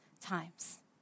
times